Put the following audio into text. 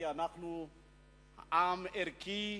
כי אנחנו עם ערכי,